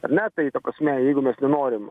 ar ne tai ta prasme jeigu mes nenorim